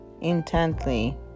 intently